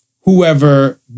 whoever